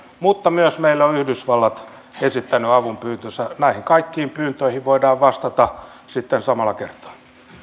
mutta meille on myös yhdysvallat esittänyt avunpyyntönsä näihin kaikkiin pyyntöihin voidaan vastata sitten samalla kertaa